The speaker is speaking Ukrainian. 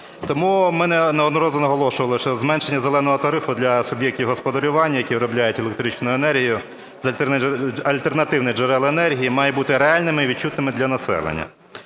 Тому ми неодноразово наголошували, що зменшення "зеленого" тарифу для суб'єктів господарювання, які виробляють електричну енергію з альтернативних джерел енергії, мають бути реальними і відчутними для населення.